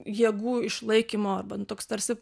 jėgų išlaikymo arba nu toks tarsi